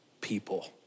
people